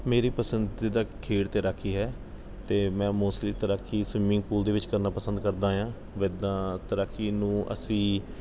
ਮੇਰੀ ਪਸੰਦੀਦਾ ਖੇਡ ਤੈਰਾਕੀ ਹੈ ਅਤੇ ਮੈਂ ਮੋਸਟਲੀ ਤੈਰਾਕੀ ਸਵੀਮਿੰਗ ਪੂਲ ਦੇ ਵਿੱਚ ਕਰਨਾ ਪਸੰਦ ਕਰਦਾ ਹਾਂ ਜਿੱਦਾਂ ਤੈਰਾਕੀ ਨੂੰ ਅਸੀਂ